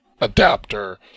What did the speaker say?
adapter